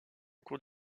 cours